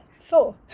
four